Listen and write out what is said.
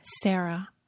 Sarah